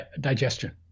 digestion